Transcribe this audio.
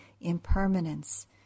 impermanence